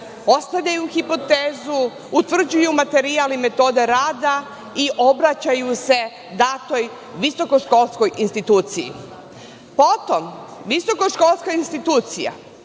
ostavljaju hipotezu, utvrđuju materijal i metode rada i obraćaju se datoj visokoškolskoj instituciji. Potom visokoškolska institucija